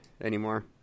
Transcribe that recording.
anymore